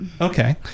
Okay